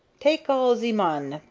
take all ze mun,